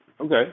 Okay